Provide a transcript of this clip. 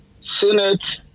Senate